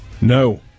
No